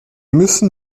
müssen